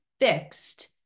fixed